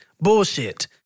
Bullshit